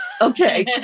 Okay